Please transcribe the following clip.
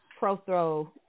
Prothrow